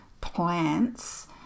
plants